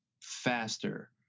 faster